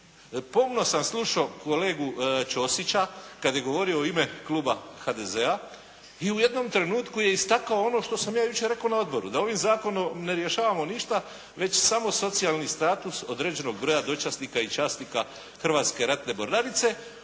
Pomno sam slušao kolegu Ćosića kad je govorio u ime kluba HDZ-a i u jednom trenutku je istakao ono što sam ja jučer rekao na odboru, da ovim Zakonom ne rješavamo ništa već samo socijalni status određenog broja dočasnika i časnika Hrvatske ratne mornarice